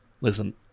listen